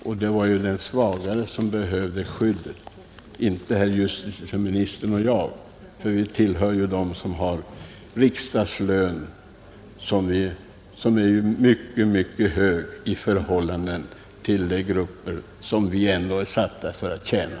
Och det var den svagare som behövde skyddas, inte herr justitieministern och jag. Vi tillhör dem som har riksdagslön, som är mycket hög i förhållande till vad de grupper har som vi ändå är satta att tjäna.